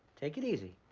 take it easy.